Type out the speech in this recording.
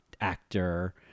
Actor